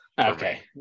Okay